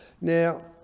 Now